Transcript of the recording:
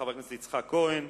חבר הכנסת יצחק כהן,